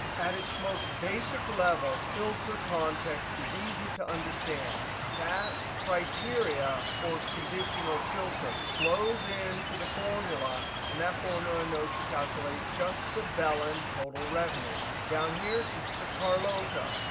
at its most basic level, filter context is easy to understand. that criteria or condition or filter flows into the formula, and that formula and knows to calculate just the bellen total revenue. down here, just the carlota.